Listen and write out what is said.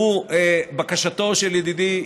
בקשתו של ידידי,